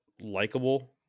likable